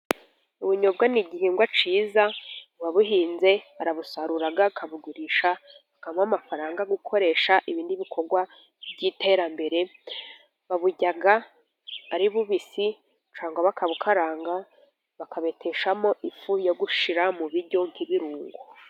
Ubunyobwa ni igihingwa cyiza, uwabuhinze arabusarura akabugurisha akabona amafaranga yo gukoresha ibindi bikorwa by'iterambere, baburya ari bubisi cyangwa bakabukaranga, bakabiteshamo ifu yo gushira mu biryo nk'ibirungo.